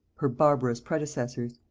her barbarous predecessors.